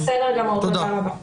תודה רבה.